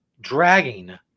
dragging